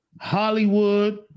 Hollywood